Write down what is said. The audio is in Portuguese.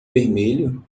vermelho